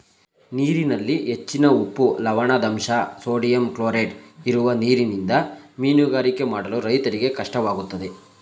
ನೀರಿನಲ್ಲಿ ಹೆಚ್ಚಿನ ಉಪ್ಪು, ಲವಣದಂಶ, ಸೋಡಿಯಂ ಕ್ಲೋರೈಡ್ ಇರುವ ನೀರಿನಿಂದ ಮೀನುಗಾರಿಕೆ ಮಾಡಲು ರೈತರಿಗೆ ಕಷ್ಟವಾಗುತ್ತದೆ